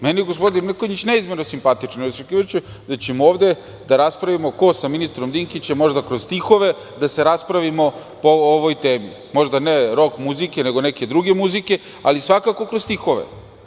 Meni je gospodin Mrkonjić neizmerno simpatičan, pa sam zaključio da ćemo ovde da raspravimo ko sa ministrom Dinkićem možda kroz stihove o ovoj temi, možda ne rok muzike, nego neke druge muzike, ali svakako kroz stihove.